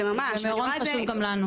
ומירון חשוב גם לנו.